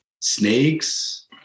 Snakes